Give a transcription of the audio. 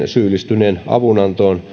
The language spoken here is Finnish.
syyllistyneen avunantoon